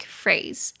phrase